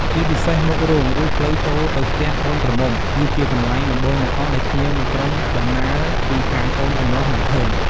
ជាពិសេសមុខរោង និងផ្លូវចូលទៅផ្ទះកូនក្រមុំ គឺជាកន្លែងដំបូងបង្អស់ដែលភ្ញៀវ និងក្រុមដំណើរពីខាងកូនកំលោះនឹងឃើញ។